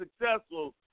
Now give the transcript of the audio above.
successful